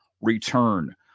return